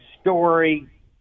story